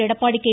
Edappadi K